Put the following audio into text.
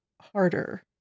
harder